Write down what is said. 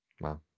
wow